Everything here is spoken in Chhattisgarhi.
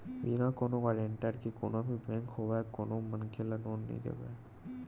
बिना कोनो गारेंटर के कोनो भी बेंक होवय कोनो मनखे ल लोन नइ देवय